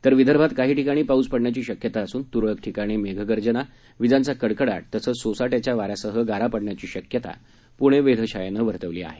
तर विदर्भात काही ठिकाणी पाऊस पडण्याची शक्यता असून तुरळक ठिकाणी मेघगर्जना विजांचा कडकडाट तसंच सोसाट्याच्या वाऱ्यासह गारा पड्ण्याची शक्यता पूणे वेधशाळेनं वर्तवली आहे